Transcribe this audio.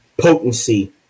potency